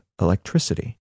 electricity